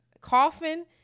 coffin